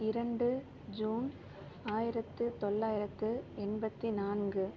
இரண்டு ஜூன் ஆயிரத்து தொள்ளாயிரத்து எண்பத்தி நான்கு